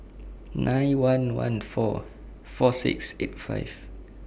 nine one one four four six eight five